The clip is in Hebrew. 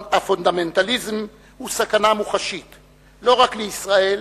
הפונדמנטליזם הוא סכנה מוחשית לא רק לישראל,